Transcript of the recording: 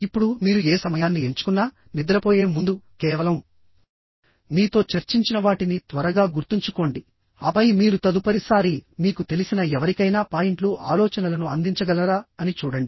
ఇప్పుడు మీరు ఏ సమయాన్ని ఎంచుకున్నా నిద్రపోయే ముందు కేవలం మీతో చర్చించిన వాటిని త్వరగా గుర్తుంచుకోండి ఆపై మీరు తదుపరి సారి మీకు తెలిసిన ఎవరికైనా పాయింట్లు ఆలోచనలను అందించగలరా అని చూడండి